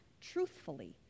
truthfully